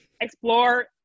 explore